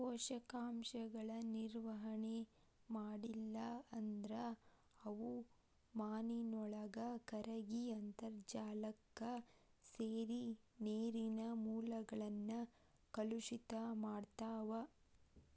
ಪೋಷಕಾಂಶಗಳ ನಿರ್ವಹಣೆ ಮಾಡ್ಲಿಲ್ಲ ಅಂದ್ರ ಅವು ಮಾನಿನೊಳಗ ಕರಗಿ ಅಂತರ್ಜಾಲಕ್ಕ ಸೇರಿ ನೇರಿನ ಮೂಲಗಳನ್ನ ಕಲುಷಿತ ಮಾಡ್ತಾವ